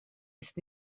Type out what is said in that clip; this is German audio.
ist